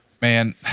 man